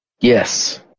Yes